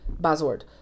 buzzword